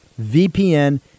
VPN